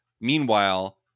Meanwhile